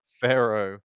Pharaoh